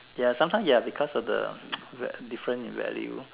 ya sometime ya because of the different in value